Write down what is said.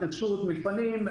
התנגשות מלפנים,